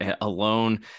alone